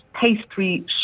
pastry